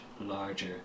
larger